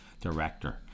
director